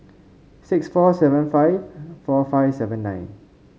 six four seven five four five seven nine